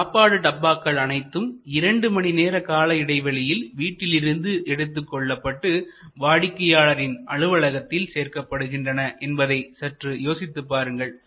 இந்த சாப்பாடு டப்பாக்கள் அனைத்தும் இரண்டு மணிநேர கால இடைவெளியில் வீட்டிலிருந்து எடுத்துக்கொள்ளப்பட்டு வாடிக்கையாளரின் அலுவலகத்தில் சேர்க்கப்படுகின்றன என்பதை சற்று யோசித்துப்பாருங்கள்